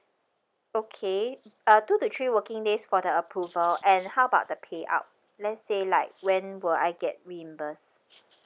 okay uh two to three working days for the approval and how about the payout let's say like when will I get reimbursed